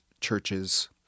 churches